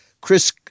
Chris